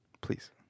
Please